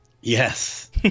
Yes